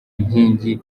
nkingi